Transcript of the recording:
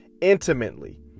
intimately